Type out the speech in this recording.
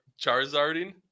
charizarding